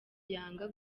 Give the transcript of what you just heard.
yanga